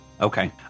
okay